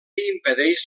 impedeix